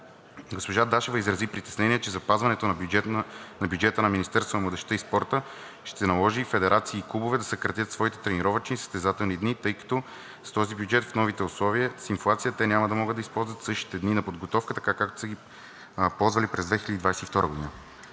Госпожа Дашева изрази притеснение, че запазването на бюджета на Министерството на младежта и спорта ще наложи федерации и клубове да съкратят своите тренировъчни състезателни дни, тъй като с този бюджет в новите условия, с инфлацията, те няма да могат да използват същите дни на подготовка така, както са ги ползвали през 2022 г.